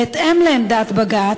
בהתאם לעמדת בג"ץ,